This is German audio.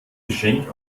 geschenk